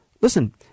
listen